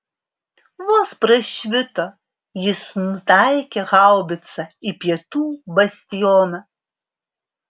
vos prašvito jis nutaikė haubicą į pietų bastioną